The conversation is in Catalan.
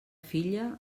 filla